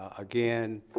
again,